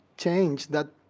change that